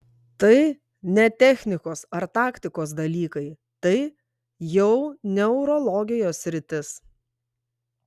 tai ne technikos ar taktikos dalykai tai jau neurologijos sritis